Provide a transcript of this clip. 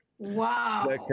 wow